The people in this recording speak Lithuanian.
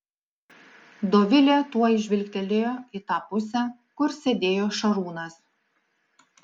dovilė tuoj žvilgtelėjo į tą pusę kur sėdėjo šarūnas